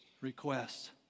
request